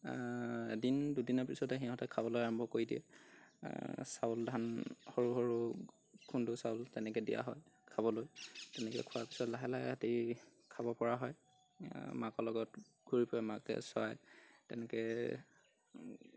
এদিন দুদিনৰ পিছতে সিহঁতে খাবলৈ আৰম্ভ কৰি দিয়ে চাউল ধান সৰু সৰু খুন্দু চাউল তেনেকৈ দিয়া হয় খাবলৈ তেনেকৈ খোৱাৰ পিছত লাহে লাহে ৰাতি খাব পৰা হয় মাকৰ লগত ঘূৰি ফূৰে মাকে চৰায় তেনেকৈ